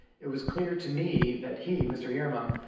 it was clear to me that he, mr. yarmouk,